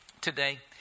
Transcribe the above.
today